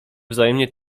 wzajemnie